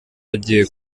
agiye